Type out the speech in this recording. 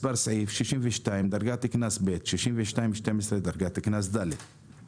מספר סעיף 62, דרגת קנס ב'; 62(12), דרגת קנס ד';